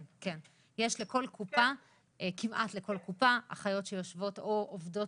יש כמעט לכל קופת חולים אחיות שיושבות או עובדות